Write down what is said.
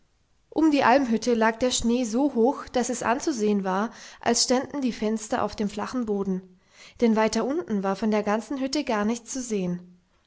um die almhütte lag der schnee so hoch daß es anzusehen war als ständen die fenster auf dem flachen boden denn weiter unten war von der ganzen hütte gar nichts zu sehen